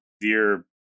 dear